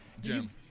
Jim